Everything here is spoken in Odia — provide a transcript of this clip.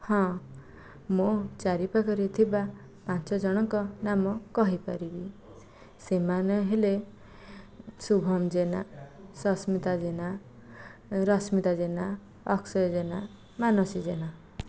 ହଁ ମୋ' ଚାରିପାଖରେ ଥିବା ପାଞ୍ଚଜଣଙ୍କ ନାମ କହିପାରିବି ସେମାନେ ହେଲେ ଶୁଭମ ଜେନା ସସ୍ମିତା ଜେନା ରଶ୍ମିତା ଜେନା ଅକ୍ଷୟ ଜେନା ମାନସୀ ଜେନା